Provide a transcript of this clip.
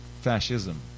fascism